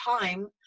time